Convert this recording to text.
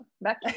back